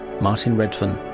martin redfern.